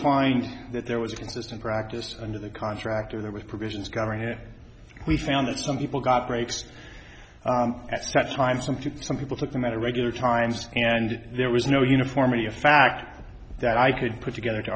find that there was a consistent practice under the contract or that with provisions govern here we found that some people got breaks at such a time something some people took them at a regular times and there was no uniformity of fact that i could put together to